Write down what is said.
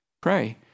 Pray